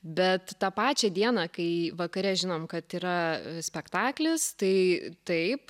bet tą pačią dieną kai vakare žinom kad yra spektaklis tai taip